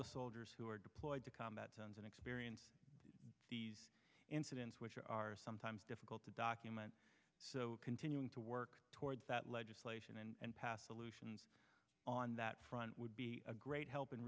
the soldiers who are deployed to combat zones and experience these incidents which are sometimes difficult to document so continuing to work towards that legislation and past solutions on that front would be a great help in